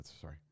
sorry